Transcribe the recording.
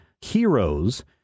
heroes